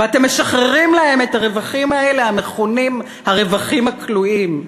ואתם משחררים להם את הרווחים האלה המכונים "הרווחים הכלואים",